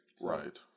Right